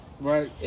Right